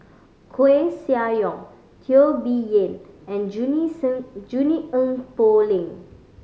Koeh Sia Yong Teo Bee Yen and Junie Sng Junie Poh Leng